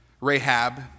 Rahab